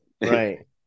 right